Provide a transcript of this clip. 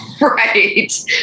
Right